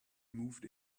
moved